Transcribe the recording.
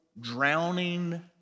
drowning